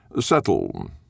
settle